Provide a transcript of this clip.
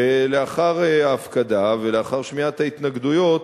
לאחר ההפקדה ולאחר שמיעת ההתנגדויות,